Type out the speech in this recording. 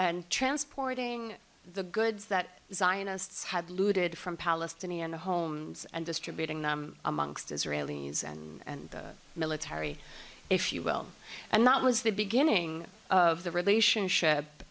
course transporting the goods that zionists have looted from palestinian homes and distributing them amongst israelis and military if you will and that was the beginning of the relationship